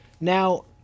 Now